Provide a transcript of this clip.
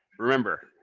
remember,